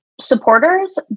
supporters